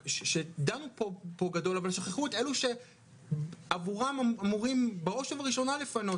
אבל שכחו את אלו שעבורם אמורים בראש ובראשונה לפנות